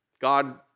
God